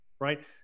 right